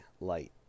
light